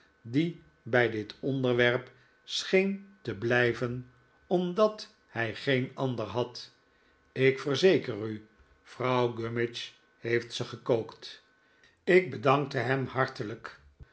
die bij dit onderwerp scheen te blijven omdat hij geen ander had ik verzeker u r vrouw gummidge heeft ze gekookt ik bedankte hem hartelijk